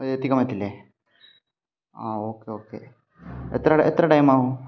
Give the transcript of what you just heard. എത്തിക്കാൻ പറ്റില്ലേ ആ ഓക്കേ ഓക്കേ എത്ര എത്ര ടൈമാകും